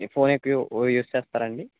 ఈ ఫోను ఎక్కువ యూస్ చేస్తారా అండి